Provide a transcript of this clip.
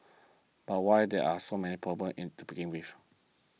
but why there are so many problems in to begin with